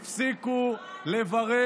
יועז, תשמע